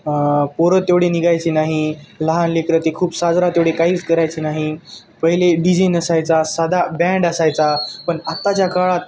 पोरं तेवढी निघायची नाही लहान लेकरं ते खूप साजरा तेवढी काहीच करायची नाही पहिले डिझि नसायचा सादा बँड असायचा पण आत्ताच्या काळात